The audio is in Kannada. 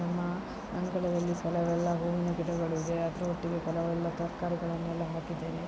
ನಮ್ಮ ಅಂಗಳದಲ್ಲಿ ಕೆಲವೆಲ್ಲ ಹೂವಿನ ಗಿಡಗಳು ಇವೆ ಅದರ ಒಟ್ಟಿಗೆ ಕೆಲವೆಲ್ಲ ತರಕಾರಿಗಳನ್ನೆಲ್ಲ ಹಾಕಿದ್ದೇನೆ